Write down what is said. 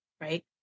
Right